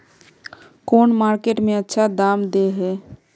कौन मार्केट में अच्छा दाम दे है?